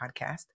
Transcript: Podcast